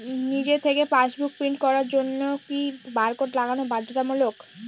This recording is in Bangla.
নিজে থেকে পাশবুক প্রিন্ট করার জন্য কি বারকোড লাগানো বাধ্যতামূলক?